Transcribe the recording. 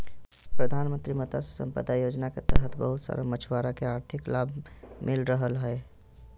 प्रधानमंत्री मत्स्य संपदा योजना के तहत बहुत सारा मछुआरा के आर्थिक लाभ मिल रहलय हें